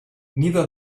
neither